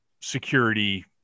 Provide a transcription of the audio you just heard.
security